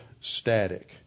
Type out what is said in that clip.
static